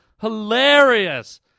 Hilarious